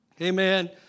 Amen